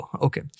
Okay